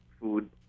food